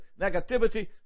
negativity